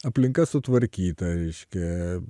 aplinka sutvarkyta reiškia